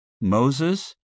Moses